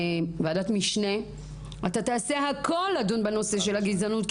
ועדת המשנה לספורט תעשה הכול כדי לדון בנושא הגזענות.